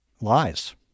lies